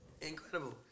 Incredible